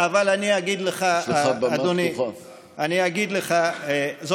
אבל אני אגיד לך, בבקשה, יש לך במה טובה.